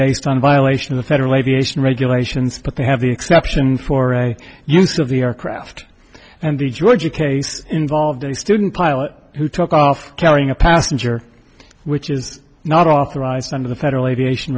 based on violation of the federal aviation regulations but they have the exception for a use of the aircraft and the georgia case involved a student pilot who took off carrying a passenger which is not authorized under the federal aviation